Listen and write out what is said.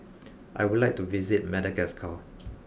I would like to visit Madagascar